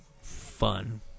fun